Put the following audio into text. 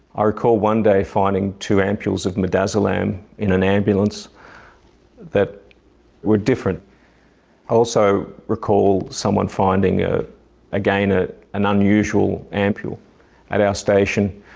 ah recall one day finding two ampules of midazolam in an ambulance that were different also recall someone finding, ah again, an unusual ampule at our station.